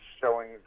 Showing